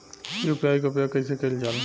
UPI के उपयोग कइसे कइल जाला?